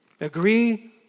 agree